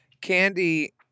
Candy